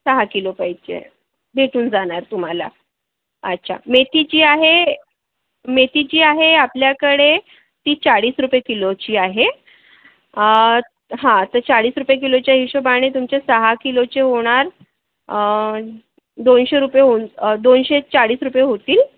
सहा किलो पाहिजे आहे भेटून जाणार तुम्हाला अच्छा मेथीची आहे मेथीची आहे आपल्याकडे ती चाळीस रुपये किलोची आहे हं त् चाळीस रुपये किलोच्या हिशेबाने तुमचे सहा किलोचे होणार दोनशे रुपये होऊ दोनशे चाळीस रुपये होतील